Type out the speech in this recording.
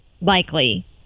likely